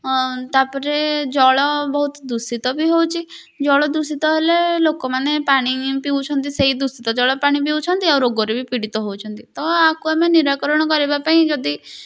ହଁ ତା'ପରେ ଜଳ ବହୁତ ଦୂଷିତ ବି ହେଉଛି ଜଳ ଦୂଷିତ ହେଲେ ଲୋକମାନେ ପାଣି ପିଉଛନ୍ତି ସେହି ଦୂଷିତ ଜଳ ପାଣି ପିଉଛନ୍ତି ଆଉ ରୋଗରେ ବି ପୀଡ଼ିତ ହେଉଛନ୍ତି ତ ଆକୁ ଆମେ ନିରାକରଣ କରିବା ପାଇଁ ଯଦି